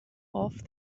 off